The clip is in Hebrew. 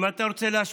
אם אתה רוצה להשפיע,